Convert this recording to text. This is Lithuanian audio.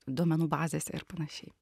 duomenų bazėse ir panašiai